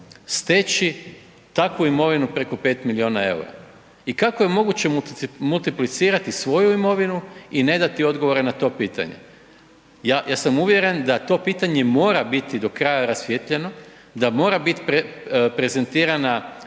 steći takvu imovinu preko 5 milijuna eura i kako je moguće multiplicirati svoju imovinu i ne dati odgovore na to pitanje. Ja sam uvjeren da to pitanje mora biti do kraja rasvijetljeno, da mora bit prezentirana